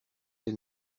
elle